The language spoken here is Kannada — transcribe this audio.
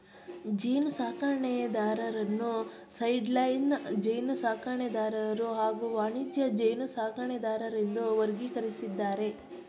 ಜೇನುಸಾಕಣೆದಾರರನ್ನು ಸೈಡ್ಲೈನ್ ಜೇನುಸಾಕಣೆದಾರರು ಹಾಗೂ ವಾಣಿಜ್ಯ ಜೇನುಸಾಕಣೆದಾರರೆಂದು ವರ್ಗೀಕರಿಸಿದ್ದಾರೆ